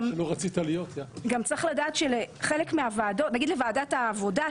צריך לדעת שלוועדת העבודה,